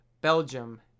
belgium